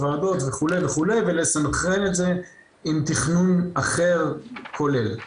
הוועדות וכו' ולסנכרן את זה עם תכנון אחר כולל.